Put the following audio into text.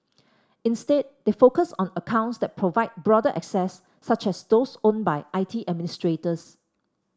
instead they focus on accounts that provide broader access such as those owned by I T administrators